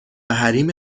حریم